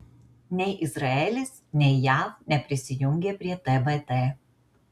nei izraelis nei jav neprisijungė prie tbt